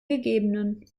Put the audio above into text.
gegebenen